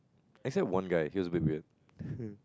let's say one guy just been weird